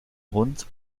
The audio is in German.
hund